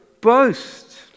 boast